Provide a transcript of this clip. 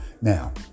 Now